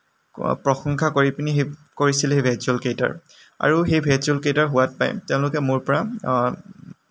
প্ৰশংসা কৰি পেনি কৰিছিল সেই ভেজ ৰ'ল কেইটাৰ আৰু সেই ভেজ ৰ'লকেইটাৰ সোৱাদ পাই তেওঁলোকে মোৰ পৰা